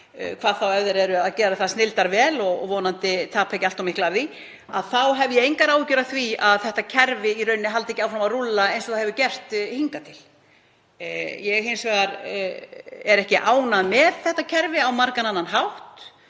hvað þá ef þeir gera það snilldar vel og tapa vonandi ekki allt of miklu af því, þá hef ég engar áhyggjur af því að þetta kerfi í rauninni haldi ekki áfram að rúlla eins og það hefur gert hingað til. Ég er hins vegar ekki ánægð með þetta kerfi á margan annan hátt.